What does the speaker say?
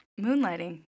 Moonlighting